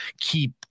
keep